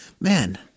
man